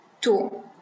two